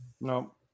No